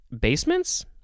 basements